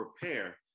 prepare